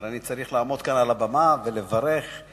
הרי אני צריך לעמוד כאן על הבמה ולברך על